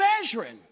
measuring